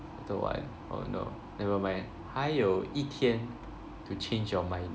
you don't want oh no never mind 还有一天 to change your mind